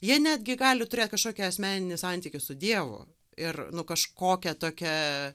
jie netgi gali turėt kažkokį asmeninį santykį su dievu ir nu kažkokia tokia